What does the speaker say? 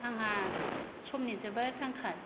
आंहा समनि जोबोद आंखाल